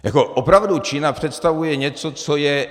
Jako opravdu Čína představuje něco, co je...